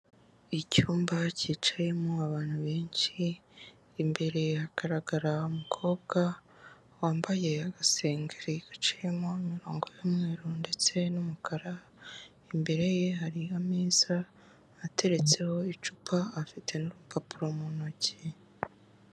Icyumba cyicayemo abantu benshi, imbere hagaragara mukobwa wambaye agasengeri gaciyemo imirongo y'umweruru ndetse n'umukara, imbere ye hari ameza ateretseho icupa, afite n'urupapuro mu ntoki.